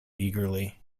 eagerly